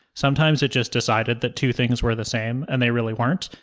sometimes it just decided that two things were the same and they really weren't,